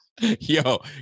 Yo